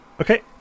Okay